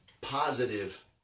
positive